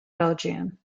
belgium